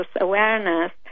awareness